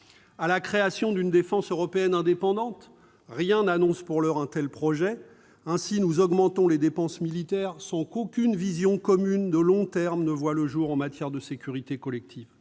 À la création d'une défense européenne indépendante ? Rien n'annonce pour l'heure la mise en oeuvre d'un tel projet. Ainsi, nous augmentons les dépenses militaires sans qu'aucune vision commune de long terme ne voie le jour en matière de sécurité collective.